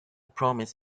promise